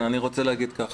אני רוצה לומר כך,